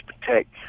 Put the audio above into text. protect